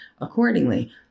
accordingly